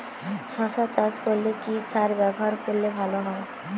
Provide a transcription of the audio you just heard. শশা চাষ করলে কি সার ব্যবহার করলে ভালো হয়?